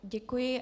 Děkuji.